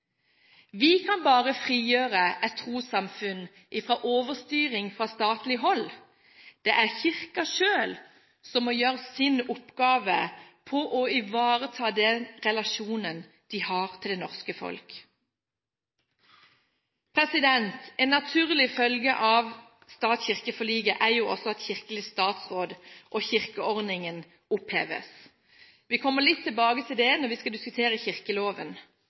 Vi kan bare frigjøre et trossamfunn fra overstyring fra statlig hold. Det er Kirken selv som må gjøre sin oppgave for å ivareta den relasjonen den har til det norske folk. En naturlig følge av stat–kirke-forliket er jo også at kirkelig statsråd og kirkeordningen oppheves. Vi kommer litt tilbake til det når vi skal diskutere kirkeloven